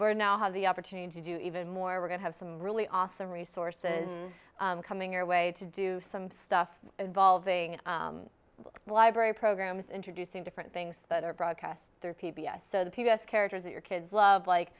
we're now have the opportunity to do even more we're going to have some really awesome resources coming your way to do some stuff involving library programs introducing different things that are broadcast there p b s so the p b s characters your kids love like